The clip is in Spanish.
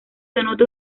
denota